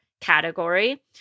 category